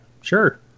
sure